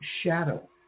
shadow